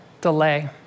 delay